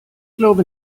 glaube